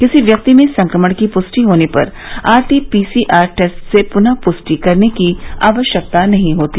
किसी व्यक्ति में संक्रमण की पुष्टि होने पर आरटी पीसीआर टेस्ट से पुनः पुष्टि करने की आवश्यकता नहीं होती